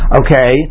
okay